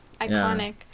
Iconic